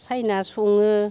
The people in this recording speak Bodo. सायना सङो